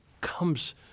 comes